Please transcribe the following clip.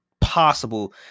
possible